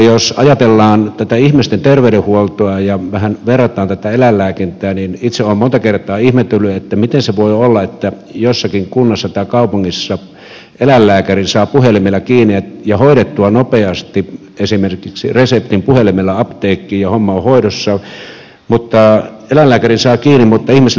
jos ajatellaan tätä ihmisten terveydenhuoltoa ja vähän verrataan tätä eläinlääkintään niin itse olen monta kertaa ihmetellyt että miten se voi olla että jossakin kunnassa tai kaupungissa eläinlääkärin saa puhelimella kiinni ja hoidettua nopeasti esimerkiksi reseptin puhelimella apteekkiin ja homma on hoidossa että eläinlääkärin saa kiinni mutta ihmislääkäriä ei saa kiinni